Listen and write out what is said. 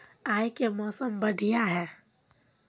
आय के मौसम बढ़िया है?